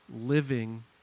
living